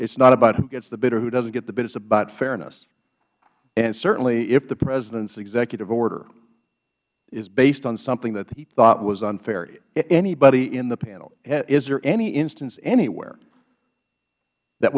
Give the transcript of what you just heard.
it's not about who gets the bid or doesn't get the bid it's about fairness and certainly if the president's executive order is based on something that he thought was unfairh anybody in the panel is there any instance anywhere that